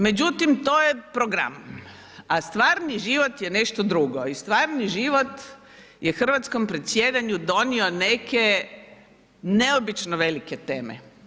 Međutim, to je program, a stvarni život je nešto drugo i stvarni život je hrvatskom predsjedanju donio neke neobično velike teme.